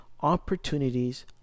opportunities